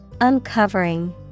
Uncovering